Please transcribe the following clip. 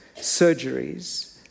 surgeries